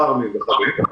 פארמים וכדומה,